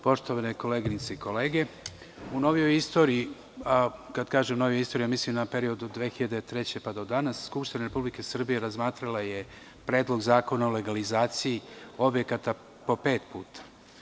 Poštovane koleginice i kolege, u novijoj istoriji, kada kažem - novijoj istoriji, mislim na period od 2003. pa do danas, Skupština Republike Srbije razmatrala je Predlog zakona o legalizaciji objekata pet puta.